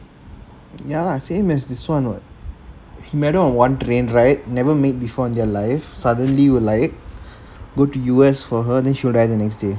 ya lah same as this one [what] he only had one train ride never met before in their life suddenly you will like go to U_S for her then she arrive next day